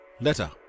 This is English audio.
Letter